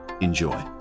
Enjoy